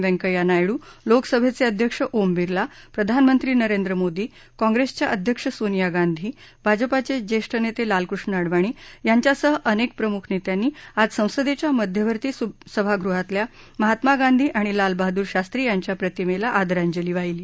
व्यंकैय्या नायडू लोकसभेचे अध्यक्ष ओम बिर्ला प्रधानमंत्री नरेंद्र मोदी काँग्रेसच्या अध्यक्ष सोनिया गांधी भाजपाचे ज्येष्ठ नेते लालकृष्ण अडवाणी यांच्यासह अनेक प्रमुख नेत्यांनी आज संसदेच्या मध्यवर्ती सभागृहातल्या महात्मा गांधी आणि लालबहादूर शास्त्री यांच्या प्रतिमेला आदरांजली वाहिली